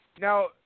Now